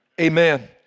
Amen